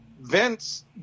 Vince